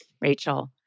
Rachel